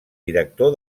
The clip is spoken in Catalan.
director